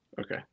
okay